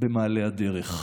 במעלה הדרך.